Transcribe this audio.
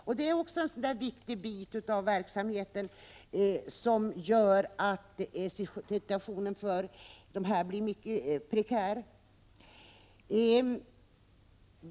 Detta är också en viktig deli verksamheten, som gör att situationen för organisationerna blir prekär.